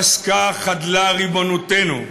פסקה-חדלה ריבונותנו.